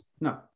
No